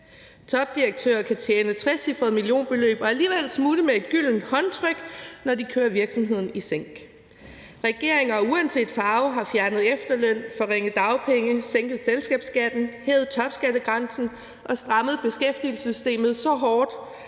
Topdirektører kan tjene trecifrede millionbeløb og alligevel smutte med et gyldent håndtryk, når de kører virksomheden i sænk. Regeringer har uanset farve fjernet efterløn, forringet dagpenge, sænket selskabsskatten, hævet topskattegrænsen og strammet beskæftigelsessystemet så hårdt,